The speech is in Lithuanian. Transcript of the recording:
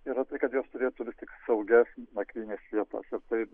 yra tai kad jos turėtų vis tik saugias nakvynės vietas ir tai